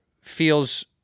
feels